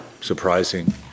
surprising